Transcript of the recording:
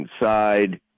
inside